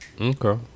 Okay